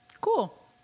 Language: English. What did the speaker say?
Cool